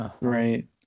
Right